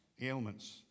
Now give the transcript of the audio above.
ailments